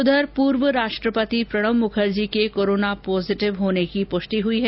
उधर पूर्व राष्ट्रपति प्रणब मुखर्जी के कोरोना पॉजिटिव होने की पुष्टि हुई है